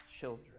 children